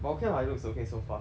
but okay lah it looks okay so far